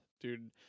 Dude